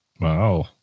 wow